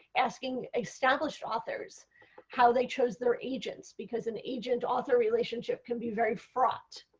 asking established authors how they chose their agents because an agent author relationship can be very fraught.